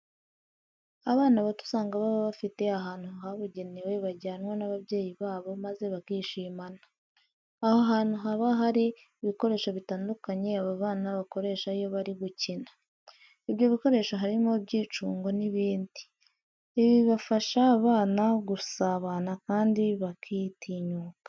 Abana bato usanga baba bafite ahantu habugenewe bajyanwa n'ababyeyi babo maze bakishimana. Aho hantu haba bari ibikoresho bitandukanye aba bana bakoresha iyo bari gukina. Ibyo bikoresho harimo ibyicundo n'ibindi. Ibi bifasha aba bana gusabana kandi bakitinyuka.